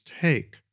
take